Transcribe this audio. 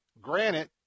granite